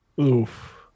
Oof